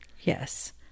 Yes